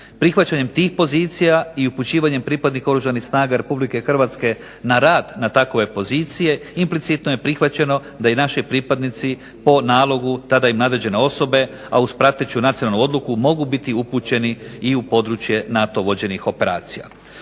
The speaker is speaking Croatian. Prihvaćanjem tih pozicija i upućivanjem pripadnika Oružanih snaga RH na rad na takve pozicije implicitno je prihvaćeno da i naši pripadnici po nalogu tada im nadređene osobe, a uz prateću nacionalnu odluku mogu biti upućeni i u područje NATO vođenih operacija.